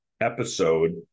episode